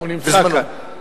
בזמנו,